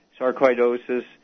sarcoidosis